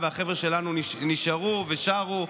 והחבר'ה שלנו נשארו ושרו.